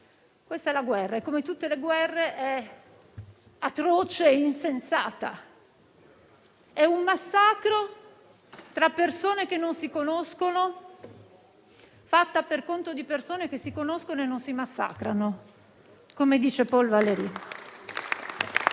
questa è la guerra e, come tutte le guerre, è atroce e insensata; è un massacro tra persone che non si conoscono, fatto per conto di persone che si conoscono e non si massacrano (come dice Paul Valéry).